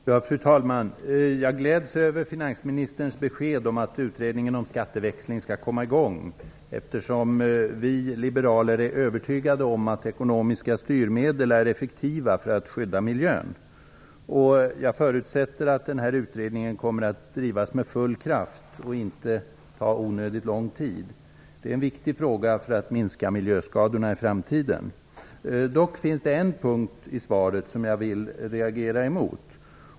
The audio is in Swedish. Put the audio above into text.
Fru talman! Jag gläds över finansministerns besked om att utredningen om skatteväxling skall komma i gång, eftersom vi liberaler är övertygade om att ekonomiska styrmedel är effektiva för att skydda miljön. Jag förutsätter att utredningen kommer att drivas med full kraft och inte ta onödigt lång tid. Det är en viktig fråga för att minska miljöskadorna i framtiden. Dock finns det en punkt i svaret som jag vill reagera mot.